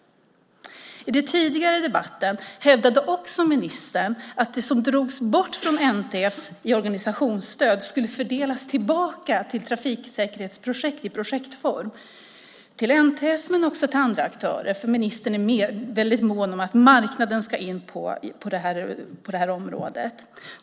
I den tidigare debatten hävdade ministern också att det som drogs bort från NTF i organisationsstöd skulle fördelas tillbaka till trafiksäkerhetsprojekt till NTF men också till andra aktörer eftersom ministern är väldigt mån om att marknaden ska in på detta område.